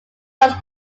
rogues